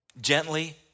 Gently